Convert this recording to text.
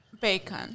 Bacon